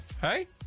hey